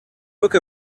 book